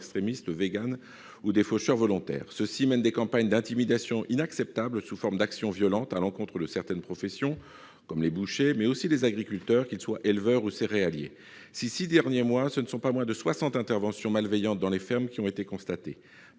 extrémistes végans ou des « faucheurs volontaires ». Ceux-ci mènent des campagnes d'intimidation inacceptables, sous forme d'actions violentes à l'encontre de certaines professions, dont les bouchers, mais aussi les agriculteurs, qu'ils soient éleveurs ou céréaliers. Ces six derniers mois, ce ne sont pas moins de soixante interventions malveillantes dans les fermes qui ont été constatées.